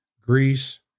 Greece